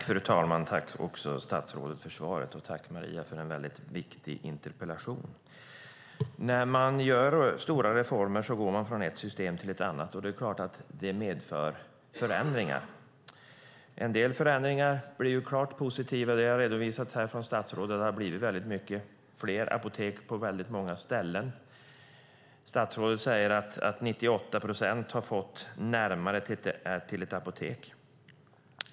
Fru talman! Jag vill tacka statsrådet för svaret och Maria Stenberg för en väldigt viktig interpellation. När man genomför stora reformer går man från ett system till ett annat, och det är klart att det medför förändringar. En del förändringar blir klart positiva, och det har redovisats här av statsrådet att det har blivit väldigt mycket fler apotek på väldigt många ställen. Statsrådet säger att 98 procent har fått närmare till ett apotek.